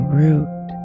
root